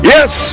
Yes